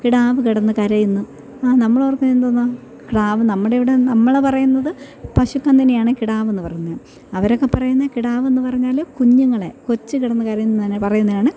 കിടാവ് കിടന്ന് കരയുന്നു ആ നമ്മളോർക്കും എന്തോന്നാ ക്ടാവ് നമ്മളുടെ ഇവിടെ നമ്മള് പറയുന്നത് പശുക്കന്നിനെയാണ് കിടാവെന്ന് പറയുന്നെ അവരൊക്കെ പറയുന്നെ കിടാവെന്ന് പറഞ്ഞാല് കുഞ്ഞുങ്ങളെ കൊച്ച് കിടന്ന് കരയുന്നതിനെ പറയുന്നെയാണ്